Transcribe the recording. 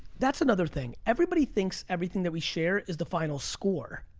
that's another thing. everybody thinks everything that we share is the final score.